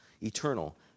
eternal